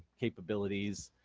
capabilities.